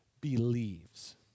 believes